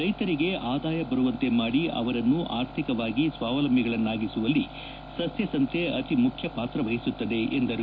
ರೈತರಿಗೆ ಆದಾಯ ಬರುವಂತೆ ಮಾಡಿ ಅವರನ್ನು ಆರ್ಥಿಕವಾಗಿ ಸ್ವಾವಲಂಭಿಗಳನ್ನಾಗಿಸುವಲ್ಲಿ ಸಸ್ಯಸಂತೆ ಅತಿಮುಖ್ಯ ಪಾತ್ರ ವಹಿಸುತ್ತದೆ ಎಂದರು